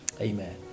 Amen